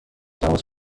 تماس